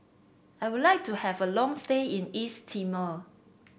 I would like to have a long stay in East Timor